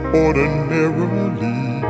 ordinarily